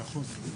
מאה אחוז.